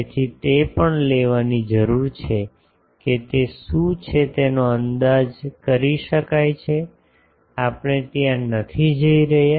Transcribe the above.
તેથી તે પણ લેવાની જરૂર છે કે તે શું છે તેનો અંદાજ કરી શકાય છે કે આપણે ત્યાં નથી જઈ રહ્યા